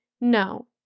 No